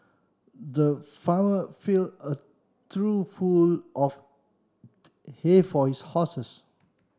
the farmer filled a trough full of hay for his horses